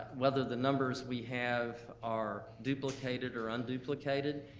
whether the numbers we have are duplicated or unduplicated.